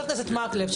חבר הכנסת מקלב,